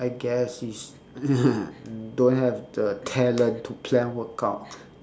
I guess is don't have the talent to plan workout